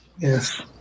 Yes